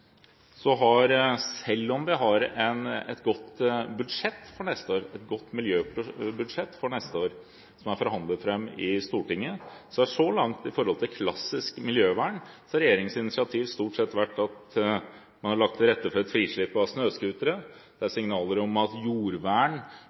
Selv om vi har et godt miljøbudsjett for neste år, som er forhandlet fram i Stortinget, har regjeringens initiativ så langt når det gjelder klassisk miljøvern, stort sett vært at man har lagt til rette for et frislipp av snøscootere, det er signaler om at jordvern kan bli nedprioritert i tiden framover, og man har flyttet planavdelingen fra Miljøverndepartementet til Kommunaldepartementet. Alt dette er